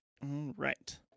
Right